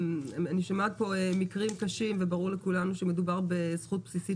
אני שומעת פה מקרים קשים וברור לכולם שמדובר בזכות בסיסית